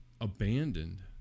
abandoned